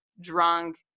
drunk